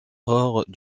hors